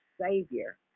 Savior